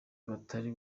batari